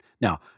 Now